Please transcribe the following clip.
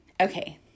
Okay